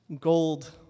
gold